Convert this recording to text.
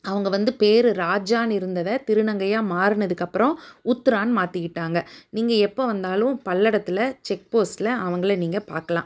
அவங்க வந்து பெயரு ராஜான்னு இருந்ததை திருநங்கையாக மாறினதுக்கப்புறோம் உத்தரான்னு மாற்றிக்கிட்டாங்க நீங்கள் எப்போ வந்தாலும் பல்லடத்தில் செக்போஸ்ட்டில் அவங்கள நீங்கள் பார்க்கலாம்